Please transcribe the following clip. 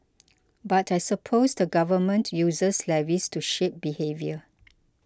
but I suppose the Government uses levies to shape behaviour